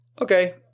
Okay